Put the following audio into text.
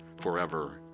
forever